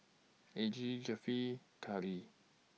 Algie Josefita Cathi